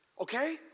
okay